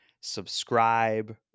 subscribe